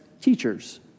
teachers